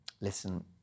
listen